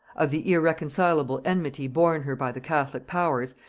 of the irreconcileable enmity borne her by the catholic powers,